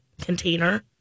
container